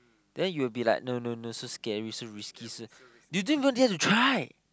then you will be like no no no so scary so risky so you didn't even dare to try